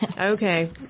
okay